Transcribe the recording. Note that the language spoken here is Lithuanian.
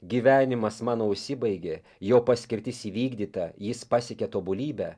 gyvenimas mano užsibaigė jo paskirtis įvykdyta jis pasiekė tobulybę